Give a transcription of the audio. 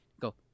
go